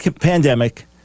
pandemic